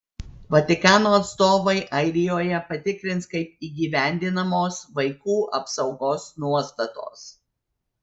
vatikano atstovai airijoje patikrins kaip įgyvendinamos vaikų apsaugos nuostatos